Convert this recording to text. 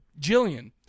Jillian